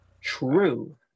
True